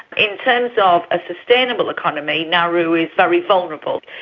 in terms of a sustainable economy, nauru is very vulnerable.